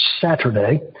Saturday